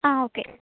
ആ ഓക്കെ